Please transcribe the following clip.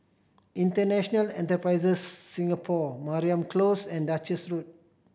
International Enterprise Singapore Mariam Close and Duchess Road